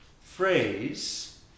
phrase